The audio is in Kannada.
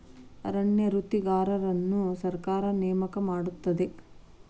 ಅರಣ್ಯ ವೃತ್ತಿಗಾರರನ್ನು ಸರ್ಕಾರ ನೇಮಕ ಮಾಡುತ್ತದೆ